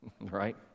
Right